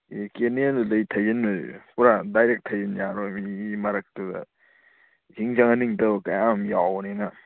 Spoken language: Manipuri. ꯑꯦ ꯀꯦꯅꯦꯜꯗꯨꯗꯩ ꯊꯩꯖꯤꯟꯗꯣꯏꯁꯦ ꯄꯨꯔꯥ ꯗꯥꯏꯔꯦꯛ ꯊꯩꯖꯤꯟꯕ ꯌꯥꯔꯣꯏꯕ ꯃꯤ ꯃꯔꯛꯇꯨꯗ ꯏꯁꯤꯡ ꯆꯪꯍꯟꯅꯤꯡꯗꯕ ꯀꯌꯥ ꯑꯃ ꯌꯥꯎꯕꯅꯤꯅ